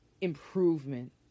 improvement